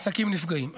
העסקים נפגעים.